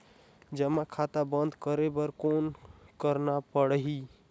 जमा खाता बंद करे बर कौन करना पड़ही?